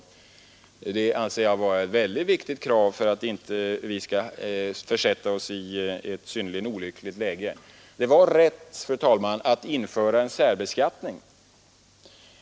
Det anser jag vara ett väldigt viktigt krav för att vi inte skall försätta oss i ett synnerligen olyckligt läge. Det var rätt att införa en särbeskattning.